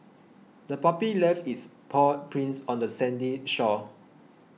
the puppy left its paw prints on the sandy shore